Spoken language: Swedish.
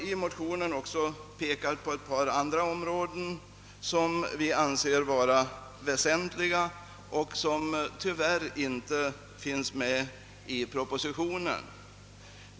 I motionen pekas det också på ett par andra områden som vi anser väsentliga och som tyvärr inte behandlats i propositionen.